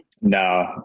No